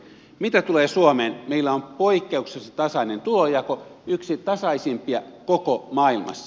mitä tulee suomeen meillä on poikkeuksellisen tasainen tulonjako yksi tasaisimpia koko maailmassa